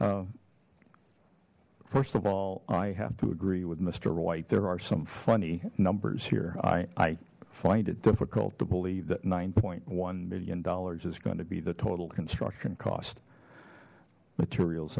first of all i have to agree with mister white there are some funny numbers here i find it difficult to believe that nine point one million dollars is going to be the total construction cost materials